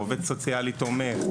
עובד סוציאלי תומך,